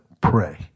pray